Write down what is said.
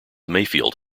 mayfield